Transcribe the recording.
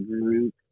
group